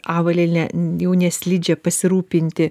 avalynę jau neslidžią pasirūpinti